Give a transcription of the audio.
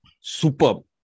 Superb